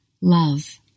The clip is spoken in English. love